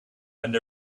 and